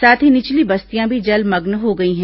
साथ ही निचली बस्तियां भी जलमग्न हो गई हैं